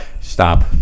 stop